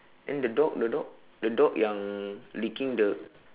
then the dog the dog the dog yang licking the